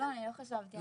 לא, אני לא חשבתי על זה.